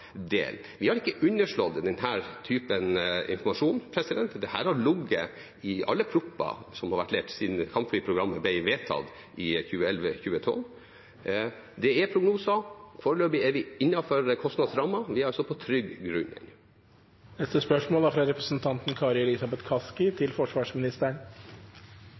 Vi har ikke underslått denne typen informasjon. Dette har ligget i alle proposisjoner som har vært levert siden kampflyprogrammet ble vedtatt i 2011–2012. Det er prognoser, og foreløpig er vi innenfor kostnadsrammen. Vi er altså på trygg grunn. «Ifølge Forsvarsdepartementet er